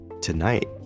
tonight